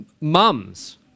Mums